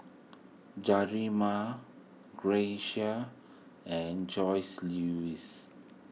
Jerimiah Grecia and Joseluis